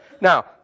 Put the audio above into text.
Now